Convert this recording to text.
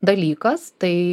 dalykas tai